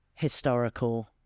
historical